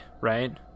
right